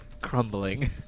crumbling